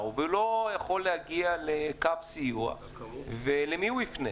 לא יכול להגיע לקו סיוע למי הוא יפנה?